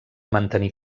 mantenir